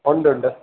ഉണ്ട് ഉണ്ട്